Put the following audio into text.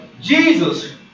Jesus